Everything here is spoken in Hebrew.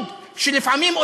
שיש לכם כיתות לימוד,